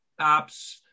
apps